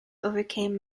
overcame